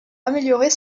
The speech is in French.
améliorer